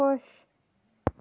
خۄش